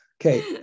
Okay